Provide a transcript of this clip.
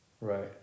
Right